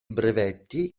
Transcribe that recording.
brevetti